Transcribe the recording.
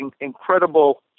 incredible